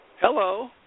Hello